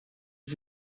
sie